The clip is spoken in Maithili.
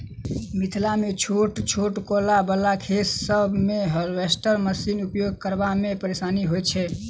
मिथिलामे छोट छोट कोला बला खेत सभ मे हार्वेस्टर मशीनक उपयोग करबा मे परेशानी होइत छै